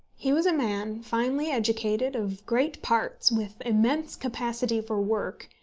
he was a man, finely educated, of great parts, with immense capacity for work,